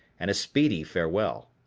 and a speedy farewell.